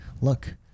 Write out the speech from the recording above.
look